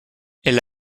elle